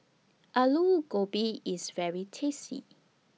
Alu Gobi IS very tasty